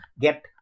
get